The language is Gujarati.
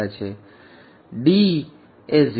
તેથી D એ 0